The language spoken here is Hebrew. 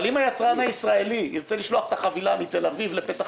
אבל אם היצרן הישראלי ירצה לשלוח את החבילה מתל אביב לפתח